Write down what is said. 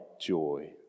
joy